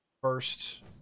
first